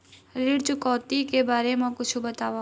ऋण चुकौती के बारे मा कुछु बतावव?